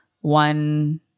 one